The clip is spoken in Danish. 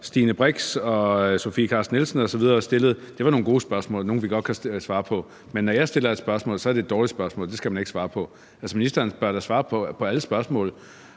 Stine Brix og fru Sofie Carsten Nielsen m.fl. har stillet, var nogle gode spørgsmål, nogle, der godt kan svares på, men når jeg stiller et spørgsmål, er det et dårligt spørgsmål, og det skal man ikke svare på. Ministeren bør da svare på alle spørgsmål.